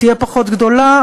תהיה פחות גדולה,